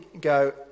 go